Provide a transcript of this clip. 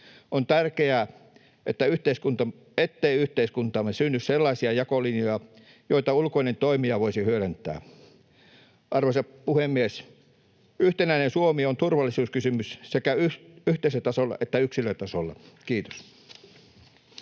On tärkeää, ettei yhteiskuntaamme synny sellaisia jakolinjoja, joita ulkoinen toimija voisi hyödyntää. Arvoisa puhemies! Yhtenäinen Suomi on turvallisuuskysymys sekä yhteisötasolla että yksilötasolla. — Kiitos.